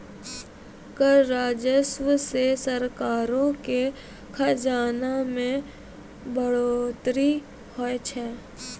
कर राजस्व से सरकारो के खजाना मे बढ़ोतरी होय छै